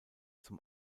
zum